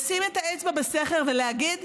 לשים את האצבע בסכר ולהגיד: